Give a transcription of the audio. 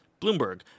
Bloomberg